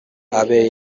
abe